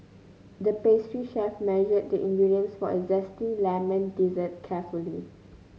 the pastry chef measured the ingredients for a zesty lemon dessert carefully